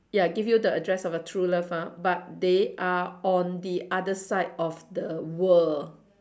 ya give you the address of your true love ah but they are on the other side of the world